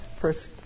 first